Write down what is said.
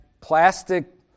plastic